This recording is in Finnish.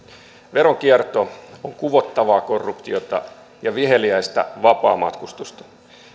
veronkierto on kuvottavaa korruptiota ja viheliäistä vapaamatkustusta